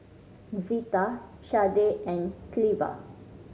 Zita Shardae and Cleva